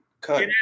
Cut